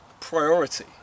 priority